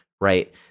right